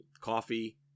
coffee